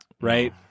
right